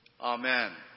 Amen